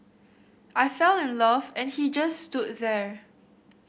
I fell in love and he just stood there